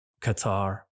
Qatar